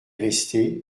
rester